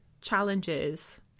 challenges